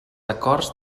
acords